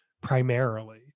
primarily